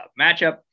matchup